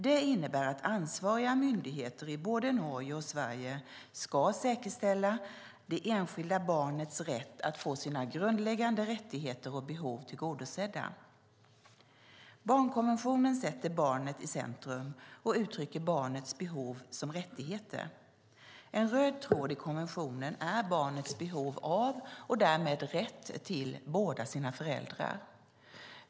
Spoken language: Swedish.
Det innebär att ansvariga myndigheter i både Norge och Sverige ska säkerställa det enskilda barnets rätt att få sina grundläggande rättigheter och behov tillgodosedda. Barnkonventionen sätter barnet i centrum och uttrycker barnets behov som rättigheter. En röd tråd i konventionen är barnets behov av och därmed rätt till båda sina föräldrar.